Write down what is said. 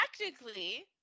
technically